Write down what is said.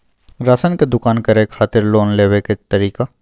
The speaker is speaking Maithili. राशन के दुकान करै खातिर लोन लेबै के तरीका?